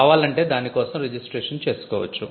కావాలంటే దానికోసం రిజిస్ట్రేషన్ చేసుకోవచ్చు